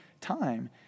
time